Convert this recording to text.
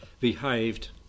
behaved